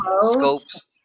scopes